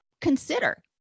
consider